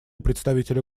представителя